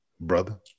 brother